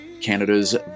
Canada's